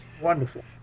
Wonderful